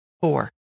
Four